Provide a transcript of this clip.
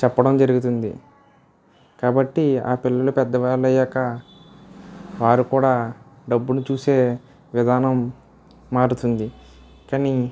చెప్పడం జరుగుతుంది కాబట్టి ఆ పిల్లలు పెద్దవాళ్లు అయ్యాక వారు కూడా డబ్బును చూసే విధానం మారుతుంది కానీ